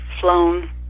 flown